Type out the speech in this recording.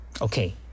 Okay